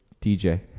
DJ